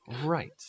Right